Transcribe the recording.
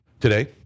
today